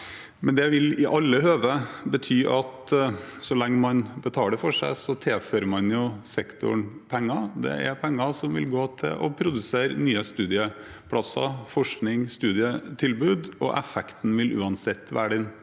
men det vil i alle tilfeller bety at så lenge man betaler for seg, tilfører man sektoren penger. Det er pen ger som vil gå til å produsere nye studieplasser, forskning og studietilbud, og effekten vil uansett være den